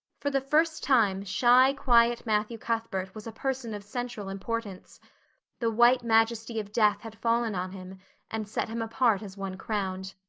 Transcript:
for the first time shy, quiet matthew cuthbert was a person of central importance the white majesty of death had fallen on him and set him apart as one crowned.